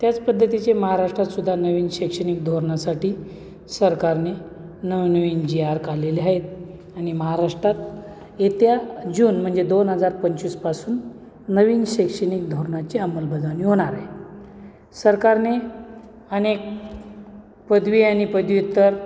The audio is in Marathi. पद्धतीचे महाराष्ट्रातसुद्धा नवीन शैक्षणिक धोरणासाठी सरकारने नवनवीन जि आर काढलेले आहेत आणि महाराष्ट्रात येत्या जून म्हणजे दोन हजार पंचवीसपासून नवीन शैक्षणिक धोरणाची अंमलबजावणी होणार आहे सरकारने अनेक पदवी आनि पदव्युत्तर